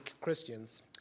Christians